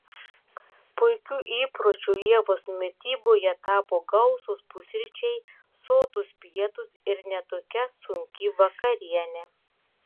puikiu įpročiu ievos mityboje tapo gausūs pusryčiai sotūs pietūs ir ne tokia sunki vakarienė